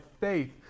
faith